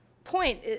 point